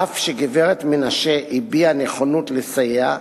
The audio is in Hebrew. אף שגברת מנשה הביעה נכונות לסייע,